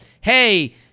hey